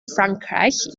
frankreich